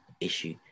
issue